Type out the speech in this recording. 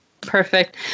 Perfect